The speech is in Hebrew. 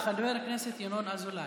הכנסת ינון אזולאי,